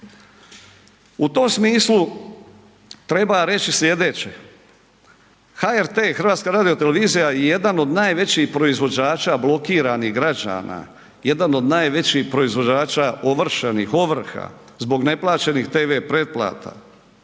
U tom smislu treba reći slijedeće, HRT Hrvatska radio televizija je jedan od najvećih proizvođača blokiranih građana, jedan od najvećih proizvođača ovršenih ovrha zbog neplaćenih tv pretplata.